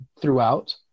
throughout